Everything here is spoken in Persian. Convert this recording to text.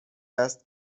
است